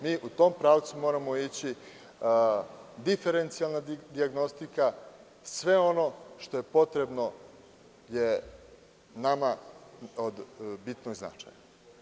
Mi u tom pravcu moramo ići – diferencijalna dijagnostika, sve ono što je potrebno, to je nama od bitnog značaja.